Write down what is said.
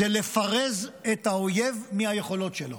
היא לפרז את האויב מהיכולות שלו.